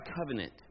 covenant